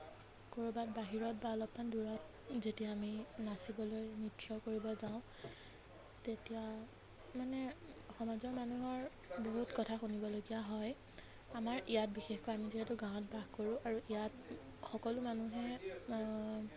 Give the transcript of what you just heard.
কৰবাত বাহিৰত বা অলপমান দূৰত যেতিয়া আমি নাচিবলৈ নৃত্য কৰিবলৈ যাওঁ তেতিয়া মানে সমাজৰ মানুহৰ বহুত কথা শুনিবলগীয়া হয় আমাৰ ইয়াত বিশেষকৈ আমি যিহেতু গাঁৱত বাস কৰোঁ আৰু ইয়াত সকলো মানুহে